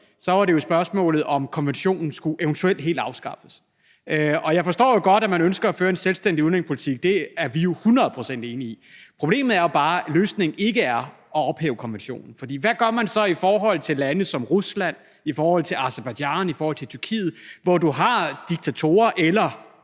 i forhold til spørgsmålet om, hvorvidt konventionen eventuelt helt skulle afskaffes. Jeg forstår jo godt, at man ønsker at føre en selvstændig udlændingepolitik – det er vi hundrede procent enige i – men problemet er jo bare, at løsningen ikke er at ophæve konventionen. For hvad gør man så i forhold til lande som Rusland, i forhold til Aserbajdsjan, i forhold til Tyrkiet, hvor du har diktatorer eller